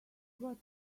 got